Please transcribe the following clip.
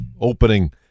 opening